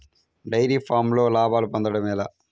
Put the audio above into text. Dairy ఫామ్లో లాభాలు పొందడం ఎలా?